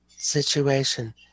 Situation